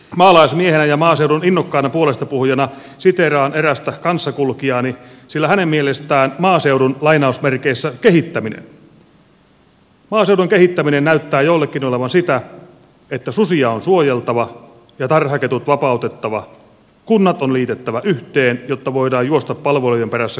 maalaismiehenä ja maaseudun innokkaana puolestapuhujana siteeraan erästä kanssakulkijaani sillä hänen mielestään maaseudun kehittäminen näyttää joillekin olevan sitä että susia on suojeltava ja tarhaketut vapautettava kunnat on liitettävä yhteen jotta voidaan juosta palveluiden perässä kasvukeskuksiin